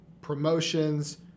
promotions